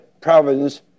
province